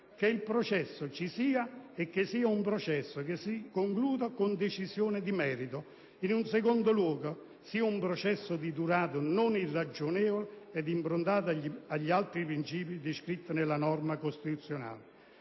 «che il processo ci sia e che sia un processo che si concluda con una decisione di merito. In secondo luogo, che sia un processo di durata non irragionevole ed improntato agli altri principi descritti dalla norma costituzionale».